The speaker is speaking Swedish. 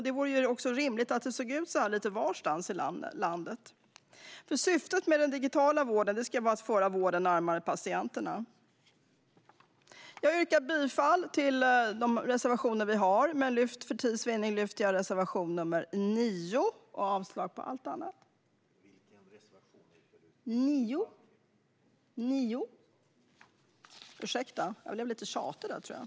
Det vore rimligt att det såg ut så lite varstans i landet. Syftet med den digitala vården ska vara att föra vården närmare patienterna. Jag står bakom de reservationer vi har men för tids vinning lyfter jag fram nr 9. Jag yrkar bifall till den och avslag på allt annat.